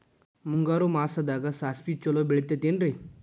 ಮುಂಗಾರು ಮಾಸದಾಗ ಸಾಸ್ವಿ ಛಲೋ ಬೆಳಿತೈತೇನ್ರಿ?